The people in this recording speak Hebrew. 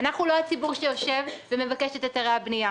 אנחנו לא הציבור שיושב ומבקש את היתרי הבנייה.